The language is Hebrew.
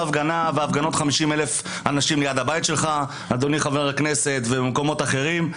הפגנות עם 50 אלף אנשים ליד הבית שלך אדוני חבר הכנסת ובמקומות אחרים.